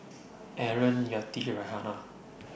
Aaron Yati Raihana